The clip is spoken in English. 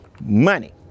money